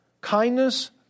kindness